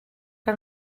que